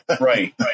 right